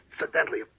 incidentally